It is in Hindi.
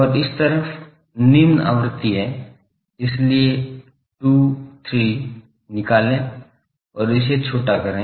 और इस तरफ निम्न आवृत्ति है इसलिए 2 3 निकालें और इसे छोटा करें